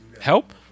help